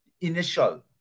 Initial